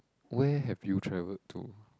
where have you traveled to